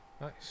Nice